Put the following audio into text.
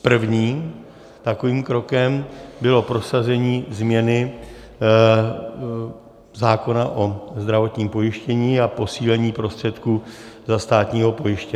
Prvním takovým krokem bylo prosazení změny zákona o zdravotním pojištění a posílení prostředků za státního pojištěnce.